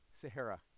Sahara